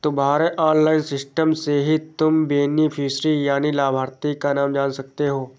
तुम्हारे online system से ही तुम बेनिफिशियरी यानि लाभार्थी का नाम जान सकते हो